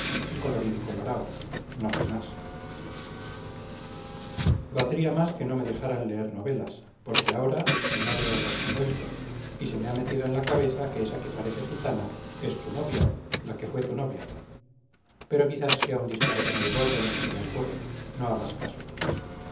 y colorín colorao no sé más valdría más que no me dejaran leer novelas porque aora si no leo las invento y se me a metido en la cabeza que esa que parece gitana es tu novia la que fue tu novia pero quizás sea un disparate muy gordo lo que se me ocurre no agas caso